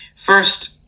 First